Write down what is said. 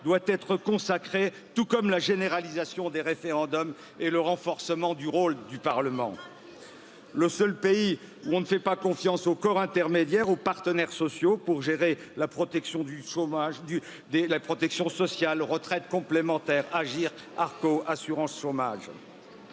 doit être consacré, tout comme la généralisation des référendums et le renforcement du rôle du Parlement. le seul pays où l'on ne fait pas confiance au corps intermédiaire, aux partenaires sociaux pour gérer la protection du chômage, de la protection sociale, des retraites complémentaires, Agir Arco Assurance chômage.